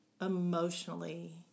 emotionally